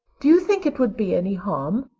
do you think it would be any harm?